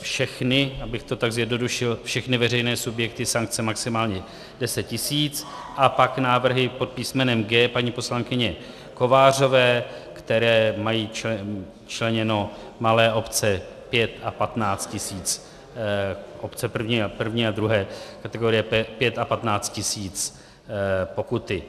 Všechny, abych to zjednodušil, všechny veřejné subjekty sankce maximálně 10 tisíc, a pak návrhy pod písmenem G paní poslankyně Kovářové, které mají členěné malé obce 5 a 15 tisíc, obce první a druhé kategorie, 5 a 15 tisíc pokuty.